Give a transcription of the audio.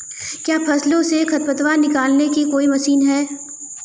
क्या फसलों से खरपतवार निकालने की कोई मशीन है?